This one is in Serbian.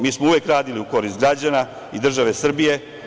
Mi smo uvek radili u korist građana i države Srbije.